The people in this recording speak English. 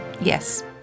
Yes